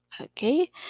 Okay